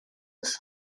was